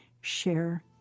share